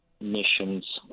missions